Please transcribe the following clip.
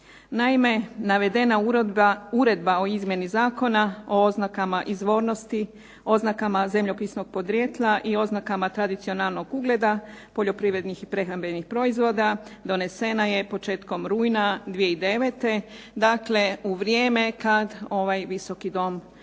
Naime, navedena Uredba o izmjeni Zakona o oznakama izvornosti, oznakama zemljopisnog podrijetla i oznakama tradicionalnog ugleda poljoprivrednih i prehrambenih proizvoda donesena je početkom rujna 2009., dakle u vrijeme kad ovaj Visoki dom